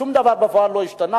שום דבר בפועל לא השתנה.